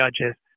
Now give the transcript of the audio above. judges